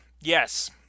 yes